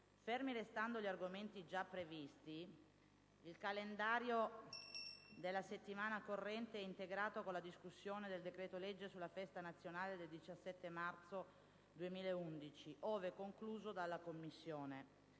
Fermi restando gli argomenti già previsti, il calendario della settimana corrente è integrato con la discussione del decreto-legge sulla festa nazionale del 17 marzo 2011, ove concluso dalla Commissione.